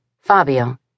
fabio